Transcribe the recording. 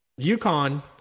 UConn